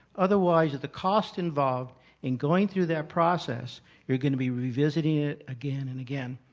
otherwise, that the cost involved in going through that process you're going to be revisiting it again and again.